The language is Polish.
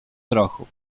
grochu